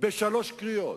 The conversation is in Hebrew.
בשלוש קריאות,